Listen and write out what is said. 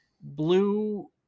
blue